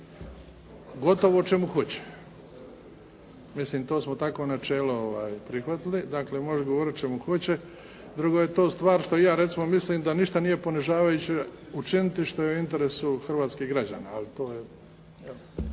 gotovo o čemu hoće. Mislim to smo takvo načelo prihvatili, dakle može govoriti o čemu hoće. Druga je to stvar što i ja recimo mislim da ništa nije ponižavajuće učiniti što je u interesu hrvatskih građana,